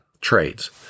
trades